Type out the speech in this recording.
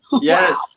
Yes